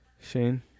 Shane